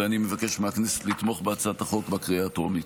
ואני מבקש מהכנסת לתמוך בהצעת החוק בקריאה הטרומית.